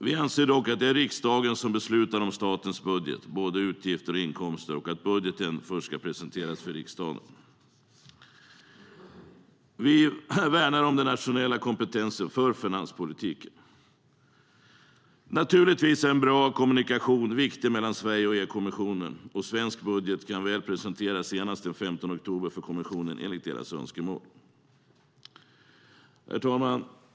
Vi anser dock att det är riksdagen som beslutar om statens budget, både utgifter och inkomster, och att budgeten först ska presenteras för riksdagen. Vi värnar om den nationella kompetensen i finanspolitiken. Naturligtvis är en bra kommunikation viktig mellan Sverige och EU-kommissionen, och svensk budget kan i enlighet med kommissionens önskemål presenteras för kommissionen senast den 15 oktober. Herr talman!